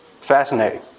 Fascinating